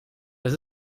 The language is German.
das